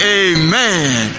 amen